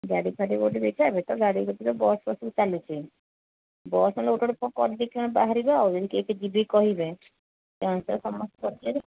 ଗାଡ଼ି ଫାଡ଼ି ଗୋଟେ ଦେଖିବା ଏବେ ତ ଗାଡ଼ି ପତ୍ର ବସ୍ ସବୁ ଚାଲିଛି ବସ୍ ଗୋଟେ ଗୋଟେ କ'ଣ ଅଧିକା ବାହାରିବ ଆଉ କିଏ କିଏ ଯିବେ କହିଲେ ସେଇ ଅନୁସାରେ ସମସ୍ତ ହେଲାକି